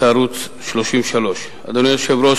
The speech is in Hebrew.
ההצעה להעביר את הנושא לוועדת הפנים והגנת הסביבה נתקבלה.